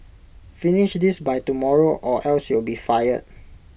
finish this by tomorrow or else you'll be fired